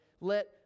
let